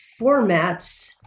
formats